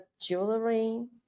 jewelry